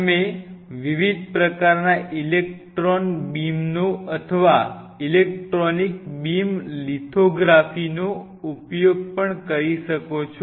તમે વિવિધ પ્રકારના ઇલેક્ટ્રોન બીમનો અથ વા ઇલેક્ટ્રોનિક બીમ લિથોગ્રાફીનો ઉપયોગ પણ કરી શકો છો